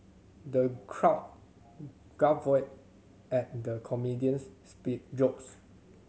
the crowd guffawed at the comedian's speak jokes